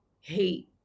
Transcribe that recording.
hate